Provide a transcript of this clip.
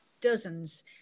dozens